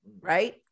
right